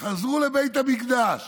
חזרו לבית המקדש,